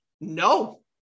No